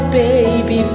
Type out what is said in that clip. baby